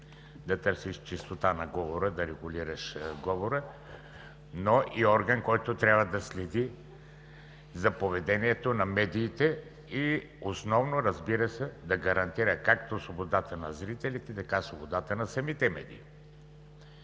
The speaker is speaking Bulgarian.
да търсиш чистота на говора, да регулираш говора, но и орган, който трябва да следи за поведението на медиите и основно, разбира се, да гарантира както свободата на зрителите, така и свободата на самите медии.